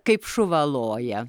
kaip šuva loja